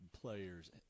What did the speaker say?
players